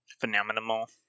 Phenomenal